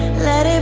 let